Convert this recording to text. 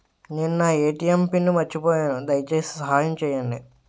నేను నా ATM pin మర్చిపోయాను, దయచేసి సహాయం చేయండి